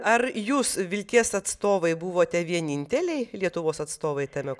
ar jūs vilties atstovai buvote vieninteliai lietuvos atstovai tame